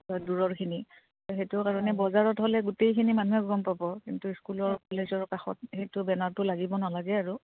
বা দূৰৰখিনি সেইটো কাৰণে বজাৰত হ'লে গোটেইখিনি মানুহে গম পাব কিন্তু স্কুলৰ কলেজৰ কাষত সেইটো বেনাৰটো লাগিব নালাগে আৰু